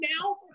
now